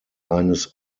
eines